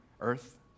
earth